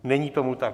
Není tomu tak.